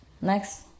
Next